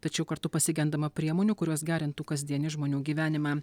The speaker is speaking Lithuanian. tačiau kartu pasigendama priemonių kurios gerintų kasdienį žmonių gyvenimą